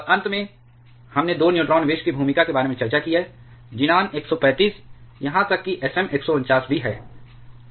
और अंत में हमने 2 न्यूट्रॉन विष की भूमिका के बारे में चर्चा की है ज़ीनान 135 यहां तक कि Sm 149 भी है